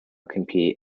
compete